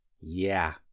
Yeah